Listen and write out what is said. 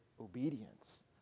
obedience